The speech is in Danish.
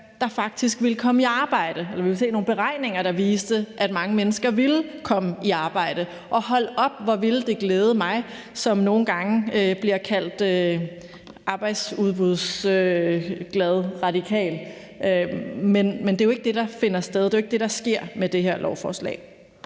der faktisk ville komme i arbejde, eller vi ville se nogle beregninger, der viste, at mange mennesker ville komme i arbejde, og hold op, hvor ville det glæde mig, som nogle gange bliver kaldt arbejdsudbudsglad radikal. Men det er jo ikke det, der finder sted. Det er jo ikke det, der sker med det her lovforslag.